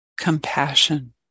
compassion